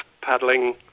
paddling